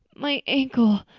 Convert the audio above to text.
my ankle,